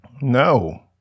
No